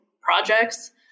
projects